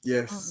Yes